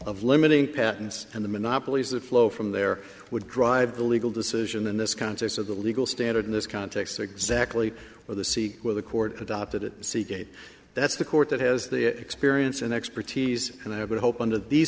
of limiting patents and the monopolies that flow from there would drive the legal decision in this context of the legal standard in this context exactly where the see where the court could opt out at seagate that's the court that has the experience and expertise and i would hope under these